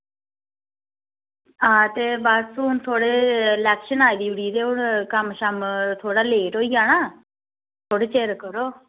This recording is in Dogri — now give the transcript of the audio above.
हां ते बस हून थोह्ड़े इलेक्शन आई गेदी ते हून कम्म शम्म थोह्ड़ा लेट होई जाना थोह्ड़े चिर करो